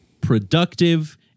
productive